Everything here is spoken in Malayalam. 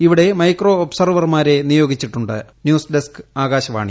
ഇവിടെ മൈക്രോ ഒബ്സർവർമാരെ നിയോഗിച്ചിട്ടു ന്യൂസ് ഡെസ്ക് ആകാശവാണി